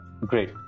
Great